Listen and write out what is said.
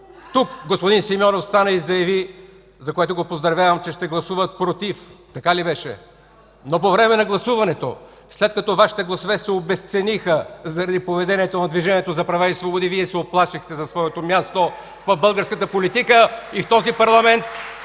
Тук господин Симеонов стана и заяви, за което го поздравявам, че ще гласува „против”. Така ли беше? Но по време на гласуването, след като Вашите гласове се обезцениха заради поведението на Движението за права и свободи, Вие се уплашихте за своето място в българската политика и в този парламент